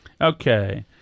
Okay